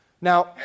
Now